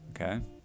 Okay